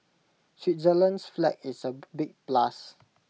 Switzerland's flag is A big plus